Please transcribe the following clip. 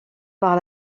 par